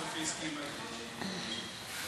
נעביר לוועדת חוקה.